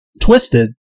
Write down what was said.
Twisted